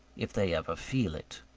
if they ever feel it.